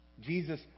Jesus